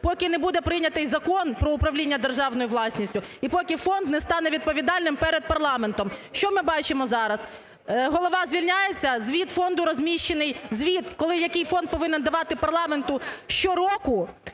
поки не буде прийнятий Закон про управління державною власністю, і поки фонд не стане відповідальним перед парламентом. Що ми бачимо зараз? Голова звільняється, звіт фонду розміщений. Звіт, коли і який фонд повинен давати парламенту щороку,